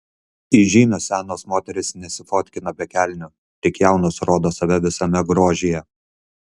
įžymios senos moterys nesifotkina be kelnių tik jaunos rodo save visame grožyje